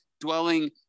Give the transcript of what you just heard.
dwelling